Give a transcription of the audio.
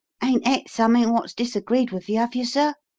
ain't et summink wot's disagreed with you, have you, sir?